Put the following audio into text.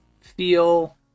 feel